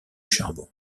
charbon